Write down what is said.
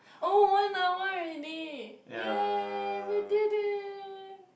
oh one hour already yay we did it